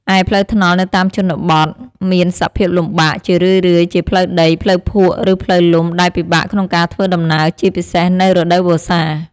ឯផ្លូវថ្នល់នៅតាមជនបទមានសភាពលំបាក ជារឿយៗជាផ្លូវដី ផ្លូវភក់ ឬផ្លូវលំដែលពិបាកក្នុងការធ្វើដំណើរ ជាពិសេសនៅរដូវវស្សា។